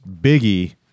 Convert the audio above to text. biggie